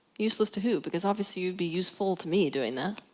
useless to who? because obviously, you'd be useful to me doing that.